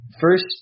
first